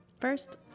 First